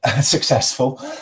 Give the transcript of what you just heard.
successful